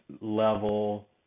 level